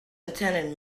attended